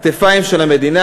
הכתפיים של המדינה.